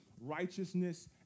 righteousness